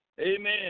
Amen